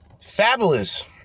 Fabulous